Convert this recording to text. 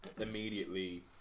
immediately